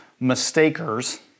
mistakers